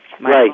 Right